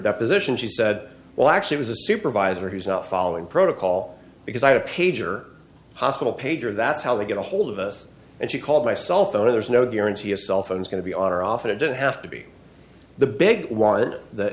deposition she said well actually was a supervisor who's not following protocol because i had a pager hospital pager that's how they get ahold of us and she called my cell phone or there's no guarantee a cell phone is going to be on or off it didn't have to be the big one that